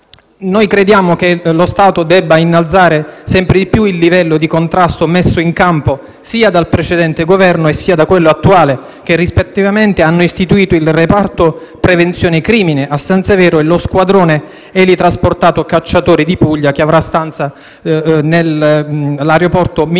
Noi crediamo che lo Stato debba innalzare sempre più il livello di contrasto messo in campo sia dal precedente Governo, sia da quello attuale che rispettivamente hanno istituito il reparto prevenzione crimine a San Severo e lo squadrone elitrasportato cacciatori di Puglia che avrà stanza nell'aeroporto militare